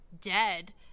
dead